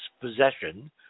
possession